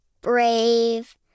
brave